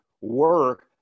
work